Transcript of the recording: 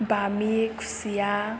बामि खुसिया